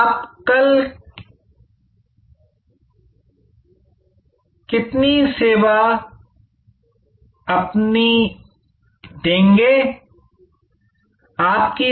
आप कल किन्हे अपनी सेवा देंगे